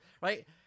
Right